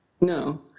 No